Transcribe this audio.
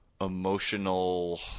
emotional –